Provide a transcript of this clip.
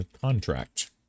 contract